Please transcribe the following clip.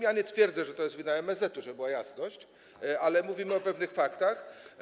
Ja nie twierdzę, że to jest wina MSZ-etu, żeby była jasność, ale mówimy o pewnych faktach.